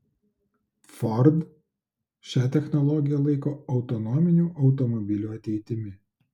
ford šią technologiją laiko autonominių automobilių ateitimi